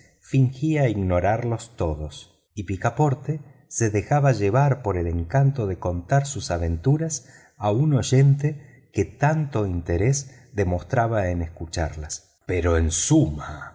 fingía ignorarlos todos y picaporte se dejaba llevar por el encanto de contar sus aventuras a un oyente que tanto interés demostraba en escucharlas pero en suma